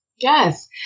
Yes